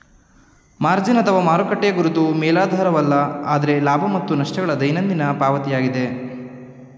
margin ಅಥವಾ ಮಾರುಕಟ್ಟೆಯ ಗುರುತು ಮೇಲಾಧಾರವಲ್ಲ ಆದ್ರೆ ಲಾಭ ಮತ್ತು ನಷ್ಟ ಗಳ ದೈನಂದಿನ ಪಾವತಿಯಾಗಿದೆ